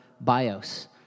bios